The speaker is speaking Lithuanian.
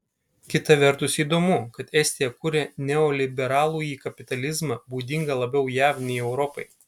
kita vertus įdomu kad estija kuria neoliberalųjį kapitalizmą būdingą labiau jav nei europai